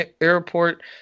Airport